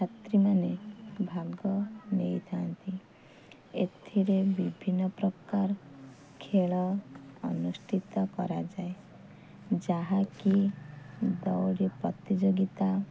ଛାତ୍ରୀମାନେ ଭାଗ ନେଇଥାନ୍ତି ଏଥିରେ ବିଭିନ୍ନ ପ୍ରକାର ଖେଳ ଅନୁଷ୍ଠିତ କରାଯାଏ ଯାହାକି ଦଉଡ଼ି ପ୍ରତିଯୋଗିତା